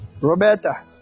Roberta